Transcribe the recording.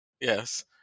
Yes